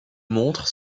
montres